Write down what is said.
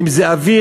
אם זה אוויר,